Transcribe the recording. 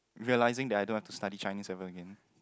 realising that I don't have to study Chinese ever again